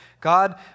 God